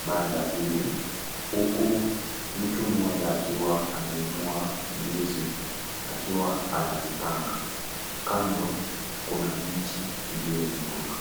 banda hili, huku mtu mmoja akiwa ameinua ndizi ,akiwa anazipanga. Kando kuna miti iliyozunguka .